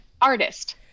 artist